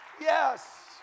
Yes